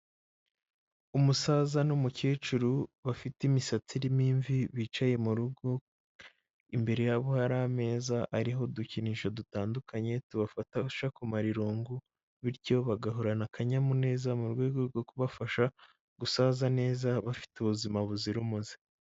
Umusaza n'umukecuru bafite imisatsi irimo imvi bicaye mu rugo, imbere yabo hari ameza ariho udukinisho dutandukanye tubafasha kumara irungu, bityo bagahorana akanyamuneza mu rwego rwo kubafasha gusaza neza bafite ubuzima buzira umuze.